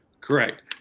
Correct